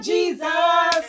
Jesus